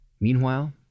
Meanwhile